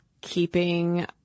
keeping